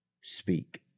speak